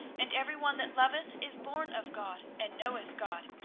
and every one that loveth is born of god, and knoweth god.